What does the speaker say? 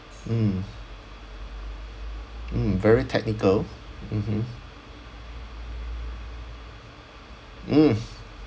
mm mm very technical mmhmm mm